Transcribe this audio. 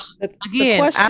again